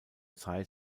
zeit